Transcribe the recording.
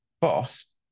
boss